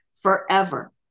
forever